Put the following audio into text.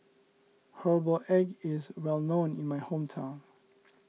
Herbal Egg is well known in my hometown